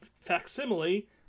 facsimile